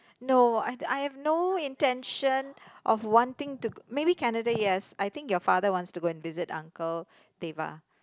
no I I've no intention of wanting to maybe Canada yes I think your father wants to go and visit uncle